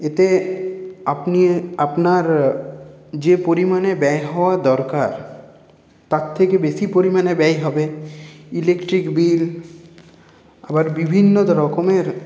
এতে আপনি আপনার যে পরিমাণে ব্যয় হওয়া দরকার তার থেকে বেশি পরিমাণে ব্যয় হবে ইলেকট্রিক বিল আবার বিভিন্ন রকমের